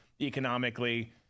economically